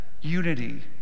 unity